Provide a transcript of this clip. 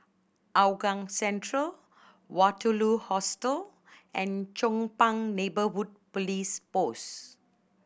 Hougang Central Waterloo Hostel and Chong Pang Neighbourhood Police Post